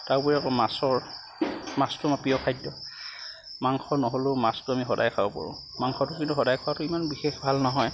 তাৰ উপৰি আকৌ মাছটো মোৰ প্ৰিয় খাদ্য মাংস নহ'লেও মাছটো আমি সদায়ে খাব পাৰোঁ মাংসটো কিন্তু সদায়ে খোৱাটো ইমান ভাল নহয়